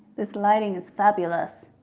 this lighting is fabulous.